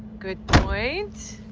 good point.